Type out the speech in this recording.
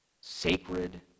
sacred